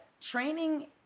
training